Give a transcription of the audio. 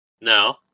No